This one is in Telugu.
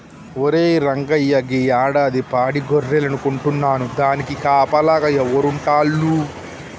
ఒరే రంగయ్య గీ యాడాది పాడి గొర్రెలను కొంటున్నాను దానికి కాపలాగా ఎవరు ఉంటాల్లు